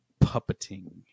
puppeting